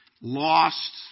Lost